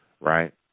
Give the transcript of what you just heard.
right